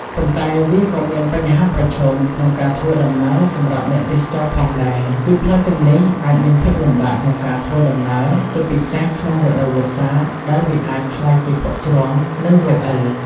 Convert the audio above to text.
ប៉ុន្តែវាក៏មានបញ្ហាប្រឈមក្នុងការធ្វើដំណើរសម្រាប់អ្នកទេសចរផងដែរ គឺផ្លូវទាំងនេះអាចមានភាពលំបាកក្នុងការធ្វើដំណើរ ជាពិសេសក្នុងរដូវវស្សាដែលវាអាចក្លាយជាភក់ជ្រាំ និងរអិល។